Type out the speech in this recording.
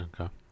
okay